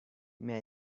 may